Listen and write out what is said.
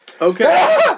Okay